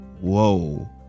Whoa